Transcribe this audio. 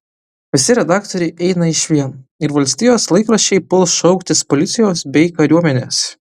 visi redaktoriai eina išvien ir valstijos laikraščiai puls šauktis policijos bei kariuomenės